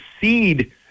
seed